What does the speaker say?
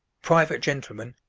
private gentlemen,